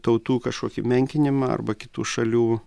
tautų kažkokį menkinimą arba kitų šalių